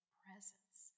presence